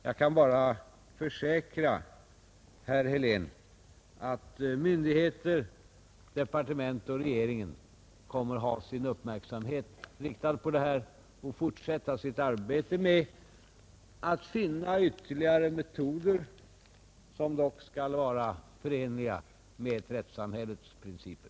Jag kan bara försäkra herr Helén att myndigheter, departement och regering kommer att ha sin uppmärksamhet riktad på problemen och fortsätta sitt arbete med att finna ytterligare metoder, som dock skall vara förenliga med ett rättssamhälles principer.